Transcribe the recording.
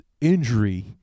injury